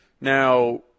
Now